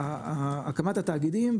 הקמת התאגידים,